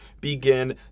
begin